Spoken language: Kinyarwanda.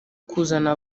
kuzana